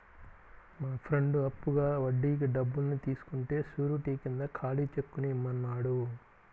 మా ఫ్రెండు అప్పుగా వడ్డీకి డబ్బుల్ని తీసుకుంటే శూరిటీ కింద ఖాళీ చెక్కుని ఇమ్మన్నాడు